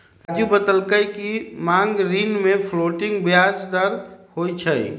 राज़ू बतलकई कि मांग ऋण में फ्लोटिंग ब्याज दर होई छई